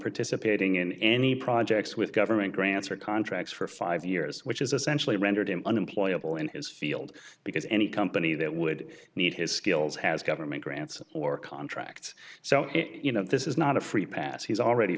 participating in any projects with government grants or contracts for five years which is essentially rendered him unemployable in his field because any company that would need his skills has government grants or contracts so you know this is not a free pass he's already